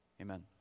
amen